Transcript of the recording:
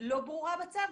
לא ברורה בצו,